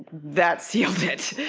that sealed it.